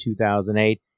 2008